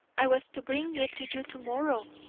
i was to bring it to you to-morrow,